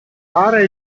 fare